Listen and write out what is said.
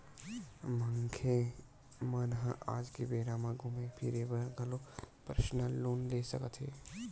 मनखे मन ह आज के बेरा म घूमे फिरे बर घलो परसनल लोन ले सकत हे